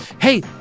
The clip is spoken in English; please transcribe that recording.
hey